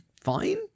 fine